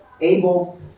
able